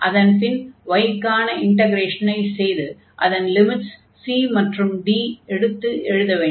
அதன் பின் y க்கான இன்டக்ரேஷனை செய்து அதன் லிமிட்ஸ் c மற்றும் d எடுத்து எழுத வேண்டும்